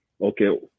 Okay